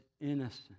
innocent